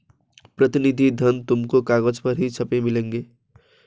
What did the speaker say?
प्रतिनिधि धन तुमको कागज पर ही छपे मिलेंगे